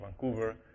Vancouver